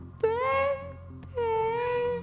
birthday